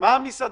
מה עם מסעדות?